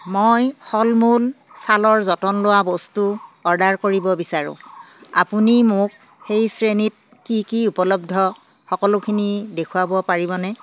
মই ফল মূল ছালৰ যতন লোৱা বস্তু অ'ৰ্ডাৰ কৰিব বিচাৰোঁ আপুনি মোক সেই শ্ৰেণীত কি কি উপলব্ধ সকলোখিনি দেখুৱাব পাৰিবনে